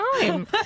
time